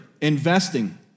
investing